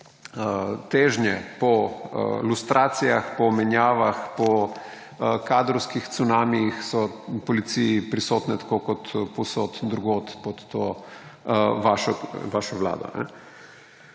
težnje po lustracijah, po menjavah, po kadrovskih cunamijih so v policiji prisotne tako kot povsod drugod pod to vašo vlado.